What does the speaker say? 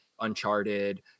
Uncharted